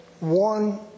one